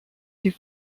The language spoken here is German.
die